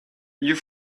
you